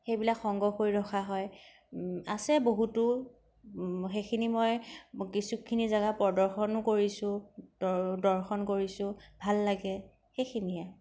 সেইবিলাক সংগ্ৰহ কৰি ৰখা হয় আছে বহুতো সেইখিনি মই কিছুখিনি জেগা মই প্ৰদৰ্শনো কৰিছো দৰ্শনো কৰিছো ভাল লাগে সেইখিনিয়ে আৰু